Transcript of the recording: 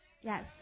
Yes